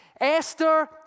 Esther